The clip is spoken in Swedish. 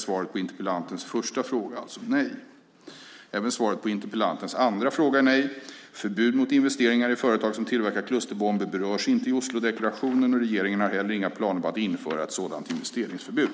Svaret på interpellantens första fråga är därför nej. Även svaret på interpellantens andra fråga är nej. Förbud mot investeringar i företag som tillverkar klusterbomber berörs inte i Oslodeklarationen. Regeringen har heller inga planer på att införa ett sådant investeringsförbud.